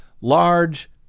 large